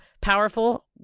powerful